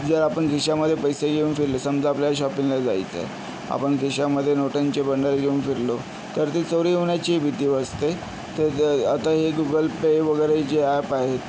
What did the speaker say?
जर आपण खिशामधे पैसे घेऊन फिरलं समजा आपल्याला शॉपिंगला जायचं आहे आपण खिशामधे नोटांची बंडल घेऊन फिरलो तर ती चोरी होण्याची भीती असते तर द आता हे गुगल पे वगैरे जे ॲप आहेत